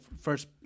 first